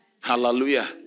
Hallelujah